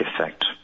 effect